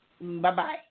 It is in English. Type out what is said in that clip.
Bye-bye